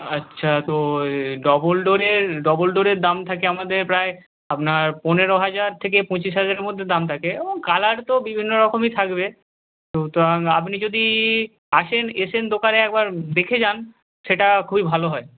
আচ্ছা তো এ ডবল ডোরের ডবল ডোরের দাম থাকে আমাদের প্রায় আপনার পনেরো হাজার থেকে পঁচিশ হাজারের মধ্যে দাম থাকে কালার তো বিভিন্ন রকমই থাকবে সুতরাং আপনি যদি আসেন এসে দোকানে একবার দেখে যান সেটা খুবই ভালো হয়